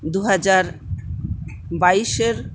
দুহাজার বাইশের